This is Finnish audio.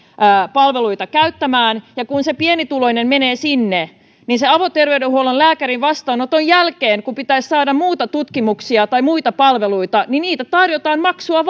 palveluita käyttämään ja kun se pienituloinen menee sinne niin sen avoterveydenhuollon lääkärin vastaanoton jälkeen kun pitäisi saada muita tutkimuksia tai muita palveluita niitä tarjotaan maksua